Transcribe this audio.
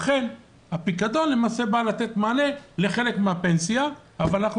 אכן הפיקדון בא לתת מענה לחלק מהפנסיה אבל אנחנו